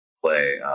play